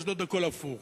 באשדוד הכול הפוך.